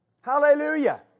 Hallelujah